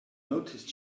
noticed